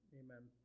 amen